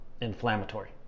inflammatory